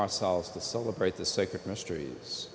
ourselves to celebrate the sacred mysteries